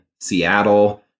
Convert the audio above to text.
seattle